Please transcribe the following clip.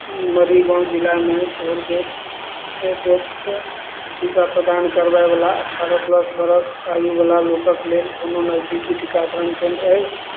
कि मरीगाँव जिलामे Corbevax टीका प्रदान करबैवला अठारह प्लस बरख आयुवला लोकके लेल कोनो नजदीकी टीकाकरण केन्द्र अछि